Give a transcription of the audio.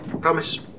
Promise